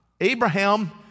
Abraham